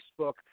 Facebook